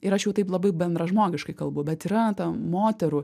ir aš jau taip labai bendražmogiškai kalbu bet yra moterų